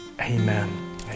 Amen